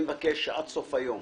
אני מבקש שעד סוף היום